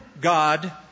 God